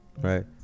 right